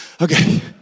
Okay